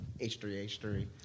H3H3